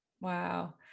Wow